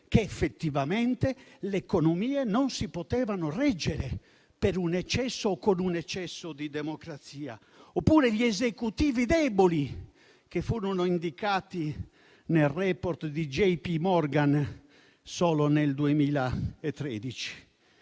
che effettivamente le economie non si potevano reggere per un eccesso o con un eccesso di democrazia; oppure ricorderete gli Esecutivi deboli che furono indicati nel *report* di J. P. Morgan solo nel 2013.